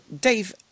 Dave